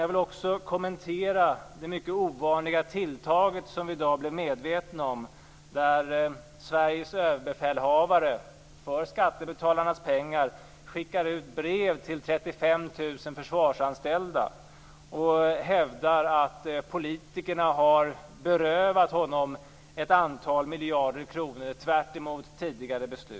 Jag vill också kommentera det mycket ovanliga tilltag som vi i dag blev medvetna om där Sveriges överbefälhavare för skattebetalarnas pengar skickar ut brev till 35 000 försvarsanställda och hävdar att politikerna har berövat honom ett antal miljarder kronor, tvärtemot tidigare beslut.